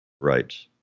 Right